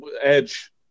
edge